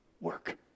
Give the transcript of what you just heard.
work